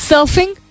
Surfing